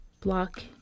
block